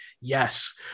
yes